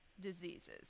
diseases